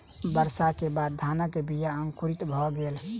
वर्षा के बाद धानक बीया अंकुरित भअ गेल